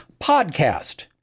Podcast